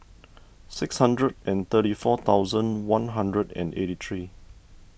six hundred and thirty four thousand one hundred and eighty three